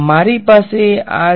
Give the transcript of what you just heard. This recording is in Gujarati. મારી પાસે આ છે